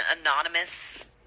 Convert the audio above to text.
anonymous